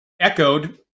echoed